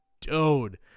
dude